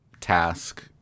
task